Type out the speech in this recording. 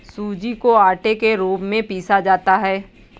सूजी को आटे के रूप में पीसा जाता है